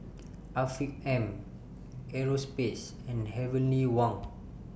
Afiq M Europace and Heavenly Wang